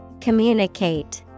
Communicate